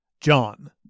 John